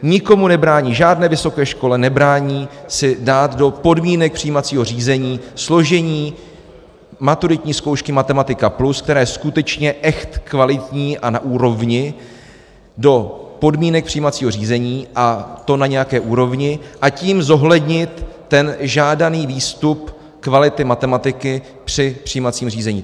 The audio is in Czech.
Nikomu nebrání, žádné vysoké škole nebrání si dát do podmínek přijímacího řízení složení maturitní zkoušky Matematika+, které je skutečně echt kvalitní a na úrovni, do podmínek přijímacího řízení, a to na nějaké úrovni, a tím zohlednit ten žádný výstup kvality matematiky při přijímacím řízení.